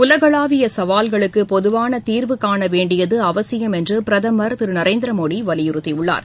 உலகளாவிய சவால்களுக்கு பொதுவான தீர்வுகாண வேண்டியது அவசியம் என பிரதமர் திரு நரேந்திர மோடி வலியுறுத்தியுள்ளார்